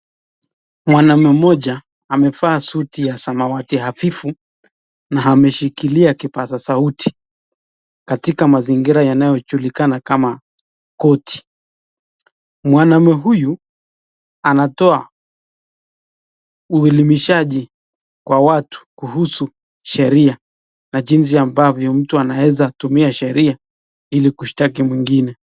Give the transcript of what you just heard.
Mwanaume mmoja amevaa suti ya samawati hafifu na ameshikilia kipaza sauti katika mazingira yanayojulikana kama korti. Mwanaume huyu anatoa uelimishanaji kwa watu kuhusu sheria na jinsi ambavyo mtu anaeza tumia sheria ili kushtaki mwingine.